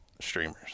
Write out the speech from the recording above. streamers